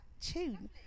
tune